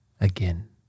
Again